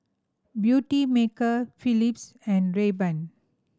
Beautymaker Philips and Rayban